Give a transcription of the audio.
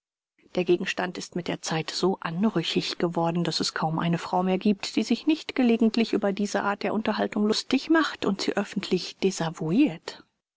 der gegenstand ist mit der zeit so anrüchig geworden daß es kaum eine frau mehr gibt die sich nicht gelegentlich über diese art der unterhaltung lustig macht und sie öffentlich